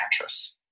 mattress